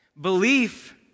Belief